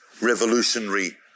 revolutionary